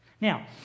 Now